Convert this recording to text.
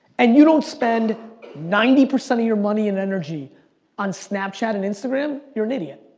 and you don't spend ninety percent of your money and energy on snapchat and instagram, you're an idiot.